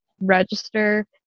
Register